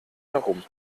herum